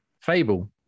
fable